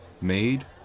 made